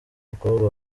umukobwa